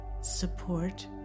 support